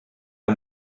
der